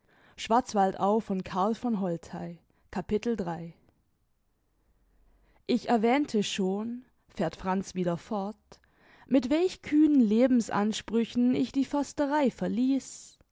ich erwähnte schon fährt franz wieder fort mit welch kühnen lebensansprüchen ich die försterei verließ